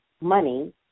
money